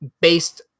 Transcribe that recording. based